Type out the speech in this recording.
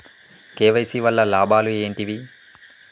KYC వల్ల లాభాలు ఏంటివి?